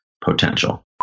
potential